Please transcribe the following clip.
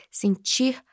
sentir